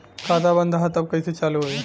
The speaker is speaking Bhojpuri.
खाता बंद ह तब कईसे चालू होई?